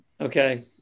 Okay